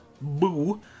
boo